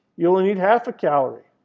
you only need half a calorie.